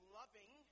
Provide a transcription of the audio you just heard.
loving